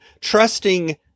trusting